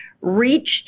reached